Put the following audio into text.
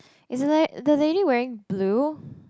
is the la~ the lady wearing blue